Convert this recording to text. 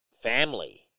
family